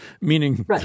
meaning